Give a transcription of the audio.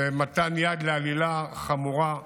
זה מתן יד לעלילה חמורה,